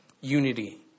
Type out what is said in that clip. unity